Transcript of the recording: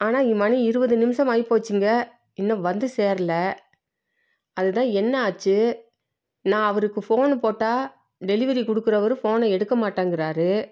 ஆனால் மணி இருபது நிமிஷம் ஆகி போச்சிங்க இன்னும் வந்து சேரல அதுதான் என்ன ஆச்சு நான் அவருக்கு ஃபோனு போட்டால் டெலிவரி கொடுக்குறவரு ஃபோனை எடுக்க மாட்டேங்கிறாரு